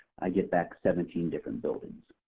i get back seventeen different buildings.